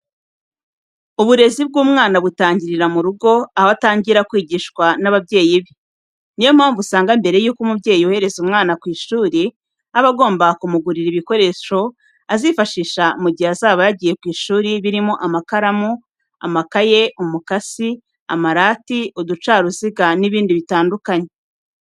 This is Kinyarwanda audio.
Uburezi bw'umwana butangirira mu rugo, aho atangira kwigishwa n'ababyeyi be. Ni yo mpamvu usanga mbere y'uko umubyeyi yohereza umwana ku ishuri aba agomba kumugurira ibikoresho azifashisha mu gihe azaba yagiye ku ishuri birimo amakaramu, amakayi, umukasi, amarati, uducaruziga n'ibindi bitandukanye.